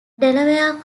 delaware